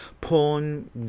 porn